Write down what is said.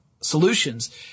solutions